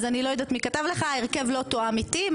אז אני לא יודעת מי כתב לך, ההרכב לא תואם איתי.